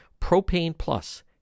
Propaneplus